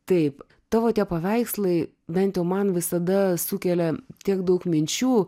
taip tavo tie paveikslai bent jau man visada sukelia tiek daug minčių